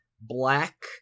black